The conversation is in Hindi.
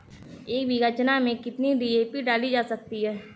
एक बीघा चना में कितनी डी.ए.पी डाली जा सकती है?